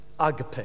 agape